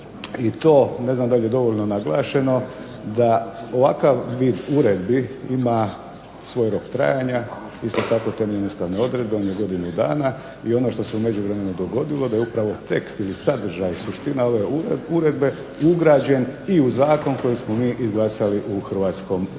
i to, ne znam da li je dovoljno naglašeno, da ovakav bit uredbi ima svoj rok trajanja. Isto tako temeljem ustavne odredbe on je godinu dana i ono što se u međuvremenu dogodilo da je upravo tekst ili sadržaj, suština ove uredbe ugrađen i u zakon koji smo izglasali u Hrvatskom parlamentu.